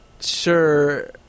sure